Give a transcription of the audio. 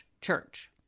church